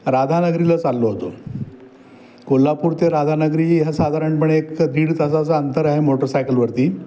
राधानगरीला चाललो होतो कोल्हापूर ते राधानगरी हा साधारणपणे एक दीड तासाचा अंतर आहे मोटरसायकलवरती